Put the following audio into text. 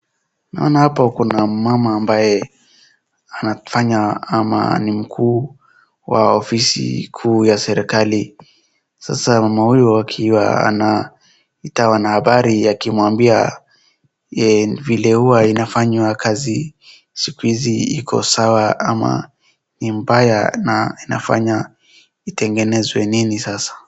Naona hapo kuna mmama ambaye anafanya ama ni mkuu wa ofisi kuu ya serikali. Sasa mmama huyu akiwa anaita wanahabari akimwambia vile huwa inafanywa kazi siku hizi iko sawa ama ni mbaya na inafanya itengenezwa nini sasa?